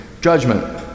judgment